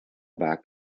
back